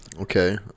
Okay